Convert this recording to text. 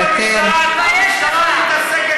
בושה לאחד שלא יודע להתגאות במדינה שלו,